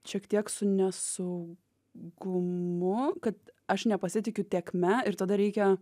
šiek tiek su nesaugumu kad aš nepasitikiu tėkme ir tada reikia